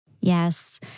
Yes